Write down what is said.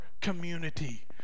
community